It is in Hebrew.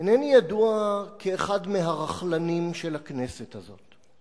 אינני ידוע כאחד מהרכלנים של הכנסת הזו,